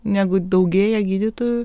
negu daugėja gydytojų